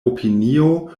opinio